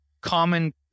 common